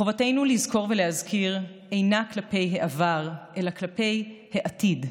חובתנו לזכור ולהזכיר אינה כלפי העבר אלא כלפי העתיד.